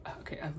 Okay